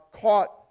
caught